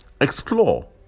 explore